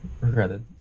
regretted